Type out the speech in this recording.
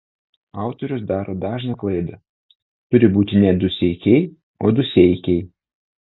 autorius daro dažną klaidą turi būti ne duseikiai o dūseikiai